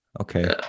okay